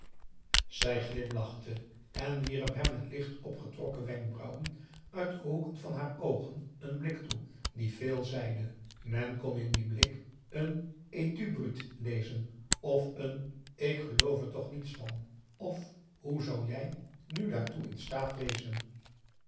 zij glimlachte en wierp hem met licht opgetrokken wenkbrauwen uit de hoeken van haar oogen een blik toe die veel zeide men kon in dien blik een et tu brute lezen of een ik geloof er toch niets van of hoe zou jij nu daartoe in staat wezen